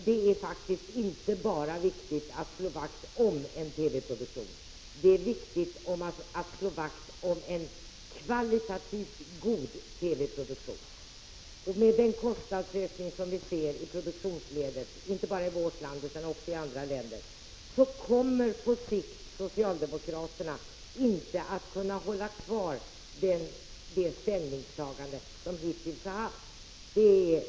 Det är faktiskt viktigt inte bara att slå vakt om en TV-produktion, utan det är viktigt att slå vakt om en kvalitativt god TV-produktion. Med den kostnadsökning i produktionsledet som vi ser inte bara i vårt land utan också i andra länder kommer socialdemokraterna inte att kunna hålla fast vid sitt hittillsvarande ställningstagande.